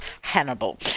Hannibal